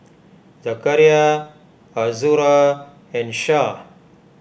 Zakaria Azura and Syah